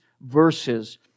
verses